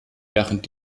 während